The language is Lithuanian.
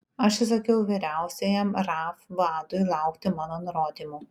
aš įsakiau vyriausiajam raf vadui laukti mano nurodymų